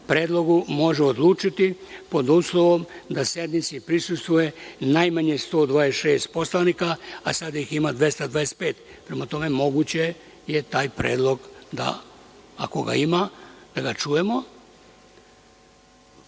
predlogu može odlučivati pod uslovom da sednici prisustvuje najmanje 126 poslanika, a sada ih ima 225. Prema tome, moguće je taj predlog, ako ga ima, da ga čujemo. Ako